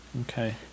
Okay